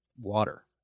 water